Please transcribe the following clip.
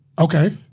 Okay